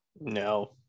No